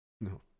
No